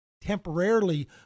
temporarily